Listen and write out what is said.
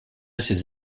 ses